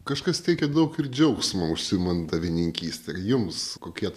kažkas teikia daug ir džiaugsmo užsiimant avininkyste jums kokie tai